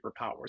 superpowers